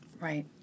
Right